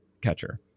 catcher